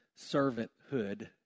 servanthood